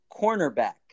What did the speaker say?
cornerback